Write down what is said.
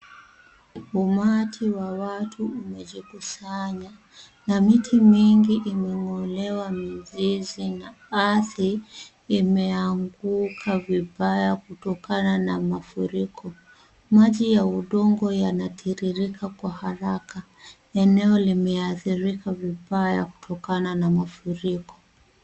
Umati wa watu umejikusanya na miti mingi imeng'olewa mizizi na ardhi imeanguka vibaya kutokana na mafuriko . Maji ya udongo yanatiririka kwa haraka. Eneo limeathirika vibaya kutokana na mafuriko.